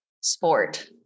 sport